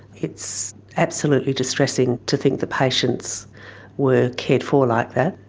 it's absolutely distressing to think the patients were cared for like that.